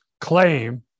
claim